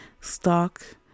stock